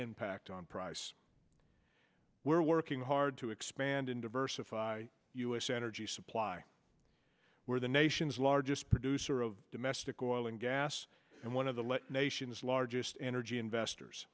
impact on price we're working hard to expand and diversify u s energy supply where the nation's largest producer of domestic oil and gas and one of the let nation's largest energy investors